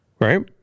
Right